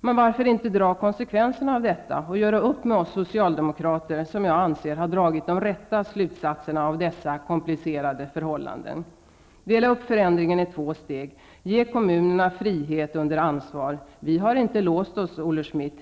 Men varför inte dra konsekvenserna av detta och göra upp med oss socialdemokrater, som jag anser har dragit de rätta slutsatserna av dessa komplicerade förhållanden? Dela upp förändringen i två steg. Ge kommunerna frihet under ansvar. Vi har inte låst oss, Olle Schmidt.